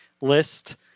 list